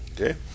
Okay